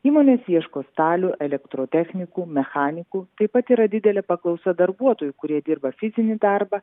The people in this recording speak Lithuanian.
įmonės ieško stalių elektrotechnikų mechanikų taip pat yra didelė paklausa darbuotojų kurie dirba fizinį darbą